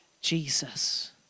Jesus